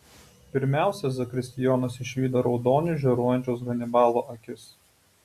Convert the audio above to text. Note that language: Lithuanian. pirmiausia zakristijonas išvydo raudoniu žioruojančias hanibalo akis